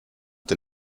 der